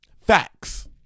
Facts